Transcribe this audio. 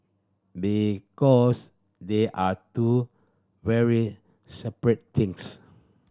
because they are two very separate things